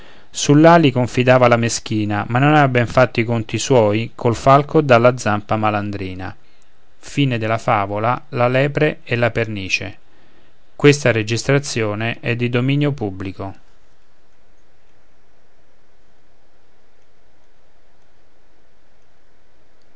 becco sull'ali confidava la meschina ma non avea ben fatto i conti suoi col falco dalla zampa malandrina e il gufo l'aquila e